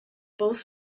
both